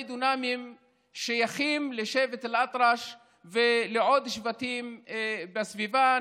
דונמים ששייכים לשבט אל-אטרש ולעוד שבטים בסביבה,